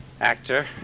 actor